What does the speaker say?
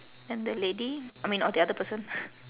then the lady I mean or the other person